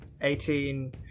Eighteen